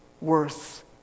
worth